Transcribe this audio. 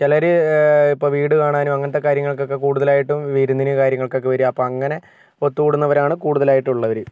ചിലര് ഇപ്പം വീട് കാണാനും അങ്ങനത്തെ കാര്യങ്ങള്ക്കൊക്കെ കൂടുതലായിട്ടും വിരുന്നിനും കാര്യങ്ങള്ക്കൊക്കെ അപ്പം അങ്ങനെ ഒത്തുകൂടുന്നവരാണ് കൂടുതലായിട്ടും ഉള്ളവര്